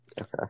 Okay